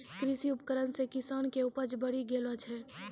कृषि उपकरण से किसान के उपज बड़ी गेलो छै